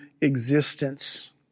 existence